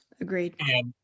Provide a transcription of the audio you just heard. Agreed